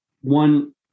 one